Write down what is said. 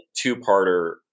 two-parter